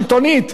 רבותי,